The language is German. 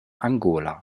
angola